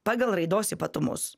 pagal raidos ypatumus